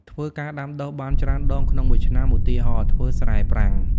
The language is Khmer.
ធ្វើការដាំដុះបានច្រើនដងក្នុងមួយឆ្នាំ ឧទាហរណ៍ ធ្វើស្រែប្រាំង។